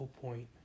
point